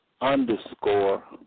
underscore